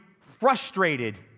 frustrated